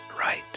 right